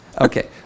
Okay